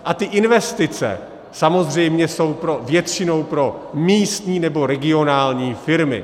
A ty investice samozřejmě jsou většinou pro místní nebo regionální firmy.